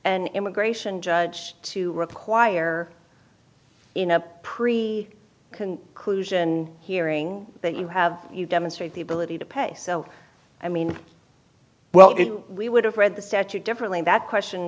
an immigration judge to require in a pre can cushion hearing that you have you demonstrate the ability to pay so i mean well if we would have read the statute differently that question